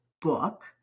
book